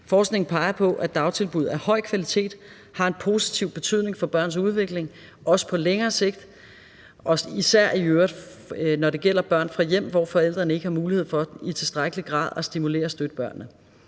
Forskningen peger på, at dagtilbud af høj kvalitet har en positiv betydning for børns udvikling, også på længere sigt, og i øvrigt især når det gælder børn fra hjem, hvor forældrene ikke har mulighed for i tilstrækkelig grad at stimulere og støtte børnene.